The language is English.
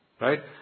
right